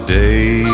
day